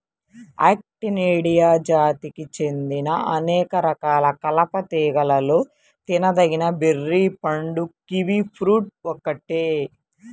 Actinidia జాతికి చెందిన అనేక రకాల కలప తీగలలో తినదగిన బెర్రీ పండు కివి ఫ్రూట్ ఒక్కటే